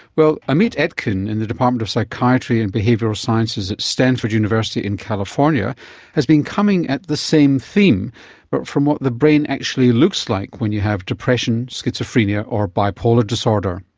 well, amit etkin in the department of psychiatry and behavioural sciences at stanford university in california has been coming at the same theme but from what the brain actually looks like when you have depression, schizophrenia or bipolar disorder.